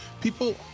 people